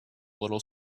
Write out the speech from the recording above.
little